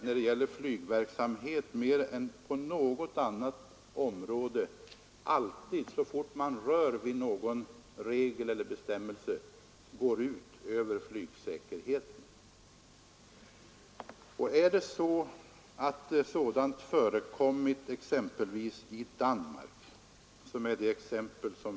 Och så fort man rör vid någon regel eller bestämmelse går det, när det gäller flygverksamhet mer än något annat område, ut över flygsäkerheten.